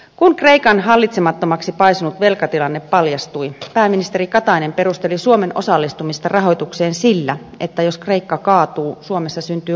kun kreikan hallitsemattomaksi paisunut velkatilanne paljastui pääministeri katainen perusteli suomen osallistumista rahoitukseen sillä että jos kreikka kaatuu suomessa syntyy valtava työttömyys